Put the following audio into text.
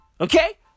Okay